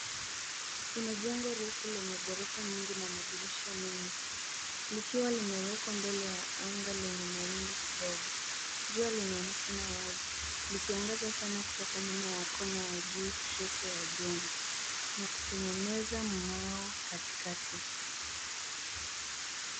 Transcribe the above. Kuna jengo refu lenye gorofa nyingi na madirisha mengi likiwa limewekwa mbele ya anga lenye mawingu kidogo jua linaonekana wazi likiangaza sana kutoka nyuma ya juu kushoto ya jengo na kutengeneza mngao katikati.